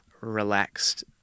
relaxed